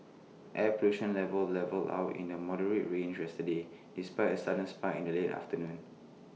air pollution levels levelled out in the moderate range yesterday despite A sudden spike in the late afternoon